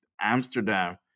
amsterdam